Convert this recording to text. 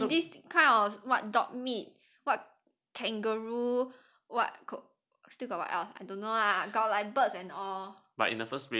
and this kind of what dog meat what kangaroo what got still got what else I don't know lah got like birds and all